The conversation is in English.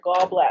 gallbladder